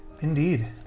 Indeed